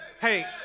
Hey